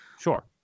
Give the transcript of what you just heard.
sure